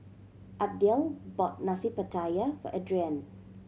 Abdiel bought Nasi Pattaya for Adrienne